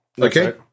Okay